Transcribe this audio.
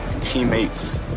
teammates